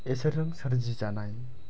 इसोरजों सोरजि जानाय